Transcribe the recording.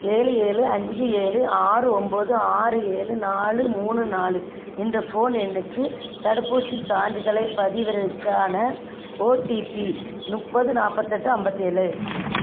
ஏழு ஏழு அஞ்சு ஏழு ஆறு ஒன்போது ஆறு ஏழு நாலு மூணு நாலு என்ற ஃபோன் எண்ணுக்கு தடுப்பூசிச் சான்றிதழைப் பதிவிறக்கான ஓடிபி முப்பது நாற்பதெட்டு ஐம்பத்தி ஏழு